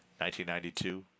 1992